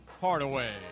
Hardaway